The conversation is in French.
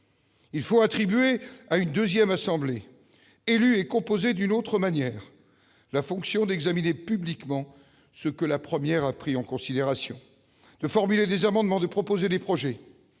Il faut donc attribuer à une deuxième assemblée, élue et composée d'une autre manière, la fonction d'examiner publiquement ce que la première a pris en considération, de formuler des amendements, de proposer des projets.